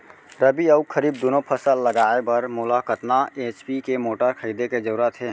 रबि व खरीफ दुनो फसल लगाए बर मोला कतना एच.पी के मोटर खरीदे के जरूरत हे?